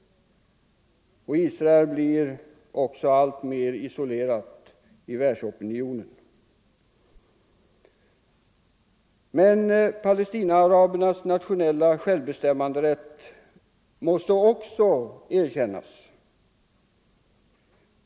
Israel blir också alltmer isolerat i världsopinionen. Men palestinaarabernas nationella självbestämmanderätt måste också erkännas.